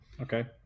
Okay